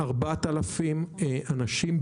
4,000 אנשים,